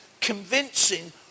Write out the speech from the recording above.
convincing